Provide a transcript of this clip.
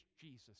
Jesus